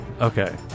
Okay